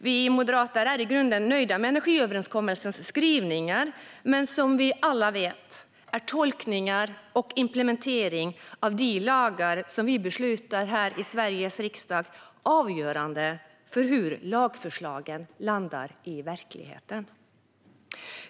Vi moderater är i grunden nöjda med energiöverenskommelsens skrivningar. Men som vi alla vet är tolkningar och implementering av de lagar vi beslutar här i Sveriges riksdag avgörande för hur lagförslagen landar i verkligheten.